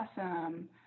awesome